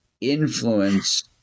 influence